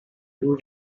two